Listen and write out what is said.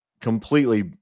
completely